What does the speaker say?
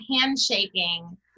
handshaking